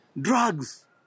drugs